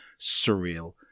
surreal